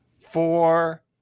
four